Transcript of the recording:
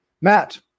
Matt